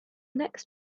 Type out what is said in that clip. next